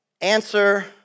Answer